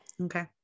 Okay